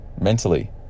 mentally